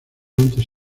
antes